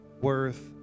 worth